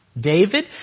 David